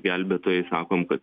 gelbėtojai sakom kad